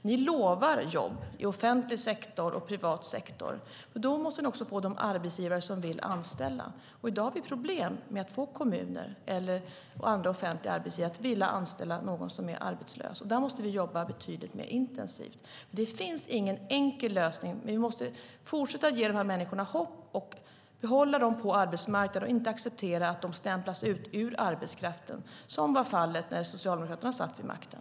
Ni lovar jobb i offentlig sektor och privat sektor, men då måste ni också få arbetsgivare som vill anställa. I dag har vi problem att få kommuner och andra offentliga arbetsgivare att vilja anställa någon som är arbetslös. Där måste vi jobba betydligt mer intensivt. Det finns ingen enkel lösning. Men vi måste fortsätta att ge de här människorna hopp, behålla dem på arbetsmarknaden och inte acceptera att de stämplas ut ur arbetskraften, som var fallet när Socialdemokraterna satt vid makten.